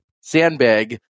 sandbag